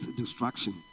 destruction